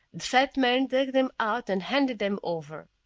the fat man dug them out and handed them over.